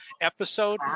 episode